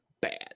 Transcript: bad